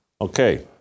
Okay